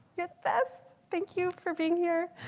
you're the best. thank you for being here.